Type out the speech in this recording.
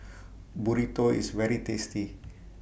Burrito IS very tasty